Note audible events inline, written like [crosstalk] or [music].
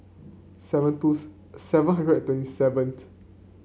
seven twos seven hundred and twenty seven [unintelligible]